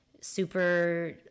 super